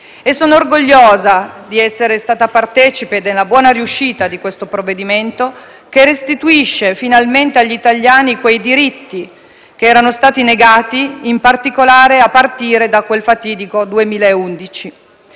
Sono orgogliosa di essere stata partecipe della buona riuscita di questo provvedimento che restituisce finalmente agli italiani quei diritti che erano stati negati in particolare a partire da quel fatidico 2011.